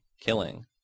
killing